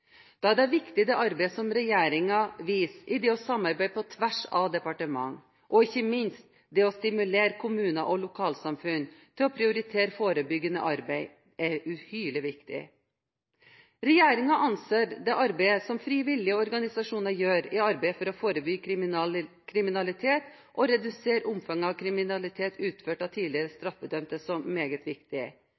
Da er det arbeidet som regjeringen gjør ved å samarbeide på tvers av departement, viktig. Og ikke minst er det uhyre viktig å stimulere kommuner og lokalsamfunn til å prioritere forebyggende arbeid. Regjeringen anser det arbeidet som frivillige organisasjoner gjør i arbeidet for å forebygge kriminalitet og redusere omfanget av kriminalitet utført av tidligere straffedømte, som meget